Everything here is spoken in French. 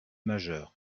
majeur